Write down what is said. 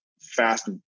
fast